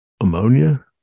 ammonia